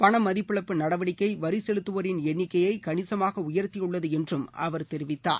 பண மதிப்பு இழப்பு நடவடிக்கை வரி செலுத்துவோரின் எண்ணிக்கையை கனிசமாக உயர்த்தியுள்ளது என்று அவர் தெரிவித்தார்